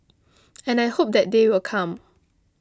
and I hope that day will come